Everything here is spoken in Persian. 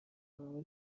ارامش